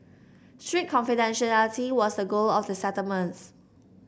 strict confidentiality was the goal of the settlements